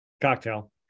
cocktail